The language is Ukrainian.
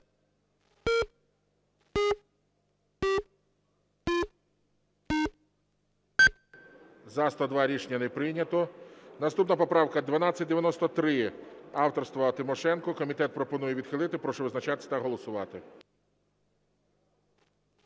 За-102 Рішення не прийнято. Наступна поправка 1293 авторства Тимошенко. Комітет пропонує відхилити. Прошу визначатися та голосувати.